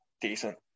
decent